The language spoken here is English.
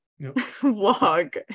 vlog